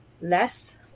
less